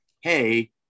Hey